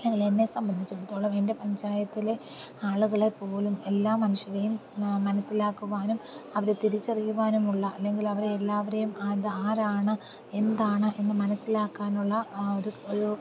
അല്ലെങ്കിൽ എന്നെ സംബന്ധിച്ചിടത്തോളം എൻ്റെ പഞ്ചായത്തിലെ ആളുകളെ പോലും എല്ലാ മനുഷ്യരെയും മനസ്സിലാക്കുവാനും അവരെ തിരിച്ചറിയുവാനുമുള്ള അല്ലെങ്കിൽ അവരെ എല്ലാവരേയും അത് ആരാണ് എന്താണ് എന്ന് മനസ്സിലാക്കാനുള്ള ആ ഒരു ഒരു